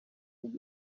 خوب